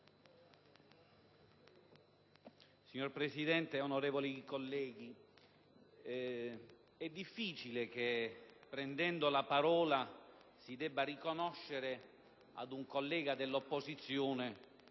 Signor Presidente, onorevoli colleghi, è difficile che, prendendo la parola, si debba riconoscere, come sto per fare